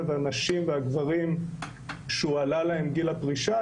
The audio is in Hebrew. הנשים והגברים שהועלה להם גיל הפרישה,